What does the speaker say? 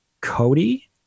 cody